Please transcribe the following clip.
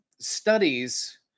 Studies